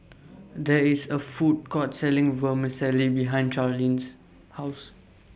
There IS A Food Court Selling Vermicelli behind Charline's House